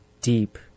deep